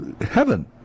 heaven